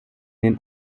den